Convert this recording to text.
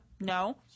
No